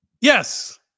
Yes